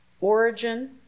origin